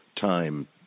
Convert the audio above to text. time